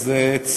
אז זה צו,